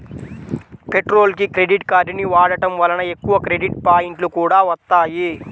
పెట్రోల్కి క్రెడిట్ కార్డుని వాడటం వలన ఎక్కువ క్రెడిట్ పాయింట్లు కూడా వత్తాయి